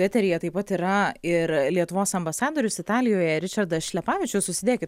eteryje taip pat yra ir lietuvos ambasadorius italijoje ričardas šlepavičius užsidėkit